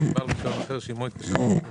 לבין בעל רישיון אחר שעימו התקשר בהסכם כאמור.